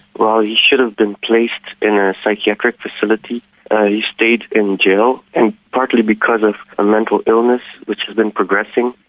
while he should have been placed in a psychiatric facility, he stayed in jail, and partly because of a mental illness which has been progressing,